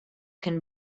can